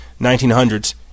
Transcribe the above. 1900s